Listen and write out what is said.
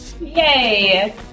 Yay